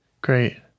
great